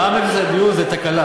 מע"מ אפס על דיור זה תקלה.